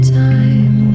time